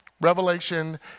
Revelation